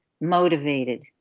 motivated